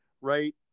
right